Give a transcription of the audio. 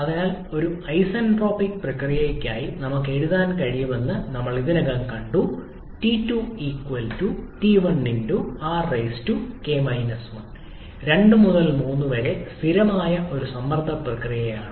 അതിനാൽ ഒരു ഐസന്റ്രോപിക് പ്രക്രിയയ്ക്കായി നമുക്ക് എഴുതാൻ കഴിയുമെന്ന് ഞങ്ങൾ ഇതിനകം കണ്ടു T2 𝑇1𝑟𝑘 1 2 മുതൽ 3 വരെ സ്ഥിരമായ ഒരു സമ്മർദ്ദ പ്രക്രിയയാണ്